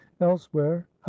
elsewhere